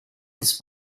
this